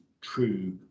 true